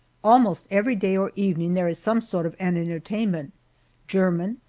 almost every day or evening there is some sort of an entertainment german,